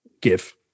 give